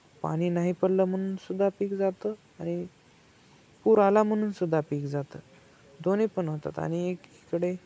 पाणी नाही पडलं म्हणून सुुद्धा पीक जातं आणि पूर आला म्हणून सुुद्धा पीक जातं दोन्ही पण होतात आणि एकीकडे